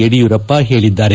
ಯಡಿಯೂರಪ್ಪ ಹೇಳಿದ್ದಾರೆ